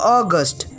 August